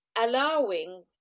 allowing